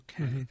Okay